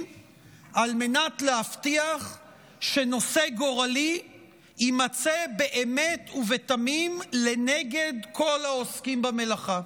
על מנת להבטיח שנושא גורלי יימצא באמת ובתמים לנגד כל העוסקים במלאכה.